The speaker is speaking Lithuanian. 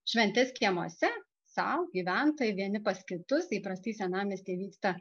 šventes kiemuose sau gyventojai vieni pas kitus įprastai senamiestyje vyksta